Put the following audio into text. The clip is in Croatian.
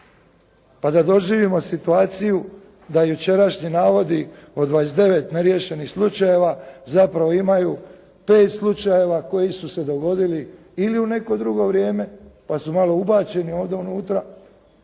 Pa da doživimo situaciju da jučerašnji navodi od 29 neriješenih slučajeva zapravo imaju pet slučajeva koji su se dogodili ili u neko drugo vrijeme, pa su malo ubačeni ovdje unutra,